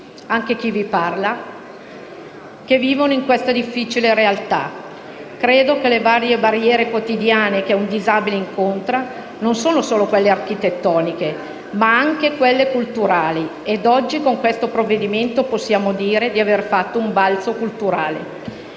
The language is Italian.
(anche chi vi parla) che vivono questa difficile realtà. Credo che le vere barriere quotidiane che un disabile incontra non sono solo quelle architettoniche, ma anche quelle culturali ed oggi con questo provvedimento possiamo dire di aver fatto anche un balzo culturale